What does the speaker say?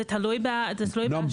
זה תלוי באשרה.